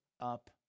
up